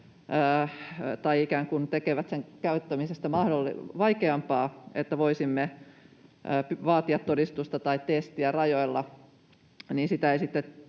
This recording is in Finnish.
tai ikään kuin tekevät vaikeampaa sen käyttämisestä, että voisimme vaatia todistusta tai testiä rajoilla, niin sitä ei sitten